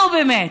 נו, באמת.